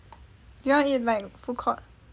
you want eat like foodcourt